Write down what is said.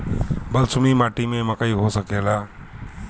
बलसूमी माटी में मकई हो सकेला?